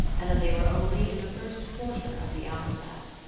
and that they were only in the first quarter of the alphabet.